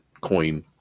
coin